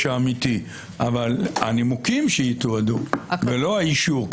האמיתי אבל שהנימוקים יתועדו ולא האישור.